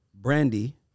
Brandy